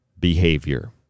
behavior